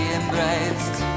embraced